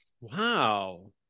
Wow